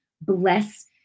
bless